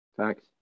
Thanks